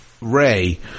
Ray